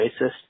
racist